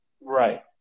Right